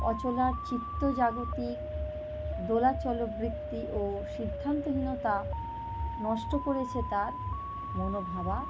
অচলার চিত্ত জাগতিক দোলাচলবৃত্তি ও সিদ্ধান্তহীনতা নষ্ট করেছে তার মনোভাবা